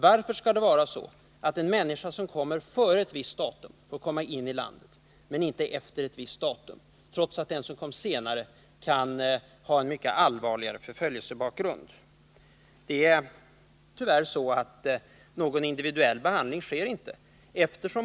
Varför får en människa som kommer före ett visst datum komma in i landet, medan en som kommer efter ett visst datum inte får komma in, trots att den som kom senare kan ha en mycket allvarligare förföljelsebakgrund? Någon individuell behandling sker tyvärr inte.